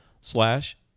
slash